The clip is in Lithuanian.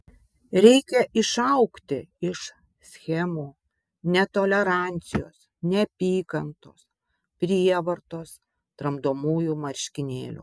reikia išaugti iš schemų netolerancijos neapykantos prievartos tramdomųjų marškinėlių